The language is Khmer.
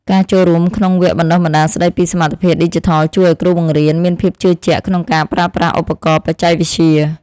ការចូលរួមក្នុងវគ្គបណ្តុះបណ្តាលស្តីពីសមត្ថភាពឌីជីថលជួយឱ្យគ្រូបង្រៀនមានភាពជឿជាក់ក្នុងការប្រើប្រាស់ឧបករណ៍បច្ចេកវិទ្យា។